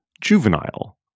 juvenile